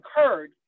occurred